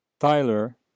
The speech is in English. Tyler